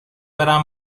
برم